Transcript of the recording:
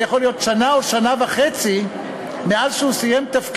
היום שהוא משתחרר בדרך כלל יכול להיות שנה או שנה וחצי מאז סיים תפקיד,